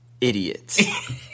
idiots